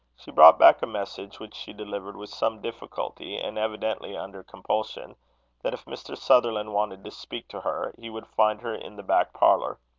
she brought back a message, which she delivered with some difficulty, and evidently under compulsion that if mr. sutherland wanted to speak to her, he would find her in the back parlour.